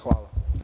Hvala.